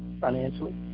financially